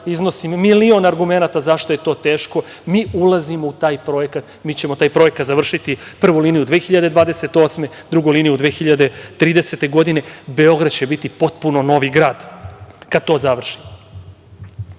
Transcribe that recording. iznosim milion argumenata zašto je to teško. Mi ulazimo u taj projekat. Mi ćemo taj projekat završiti prvu liniju 2028. godine, a drugu liniju 2030. godine. Beograd će biti potpuno novi grad kada to